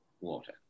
water